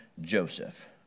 Joseph